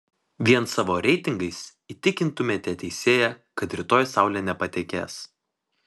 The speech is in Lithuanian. vien savo reitingais įtikintumėte teisėją kad rytoj saulė nepatekės